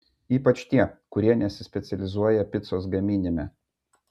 ypač tie kurie nesispecializuoja picos gaminime